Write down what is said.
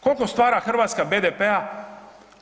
Koliko stvara Hrvatska BDP-a?